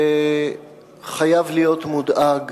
וחייב להיות מודאג